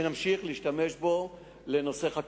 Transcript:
שנמשיך להשתמש בו לחקירה.